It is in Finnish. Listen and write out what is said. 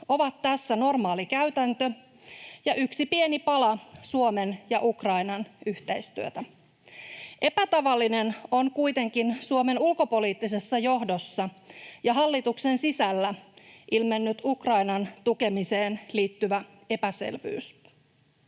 ovat tässä normaali käytäntö ja yksi pieni pala Suomen ja Ukrainan yhteistyötä. Epätavallinen on kuitenkin Suomen ulkopoliittisessa johdossa ja hallituksen sisällä ilmennyt Ukrainan tukemiseen liittyvä epäselvyys.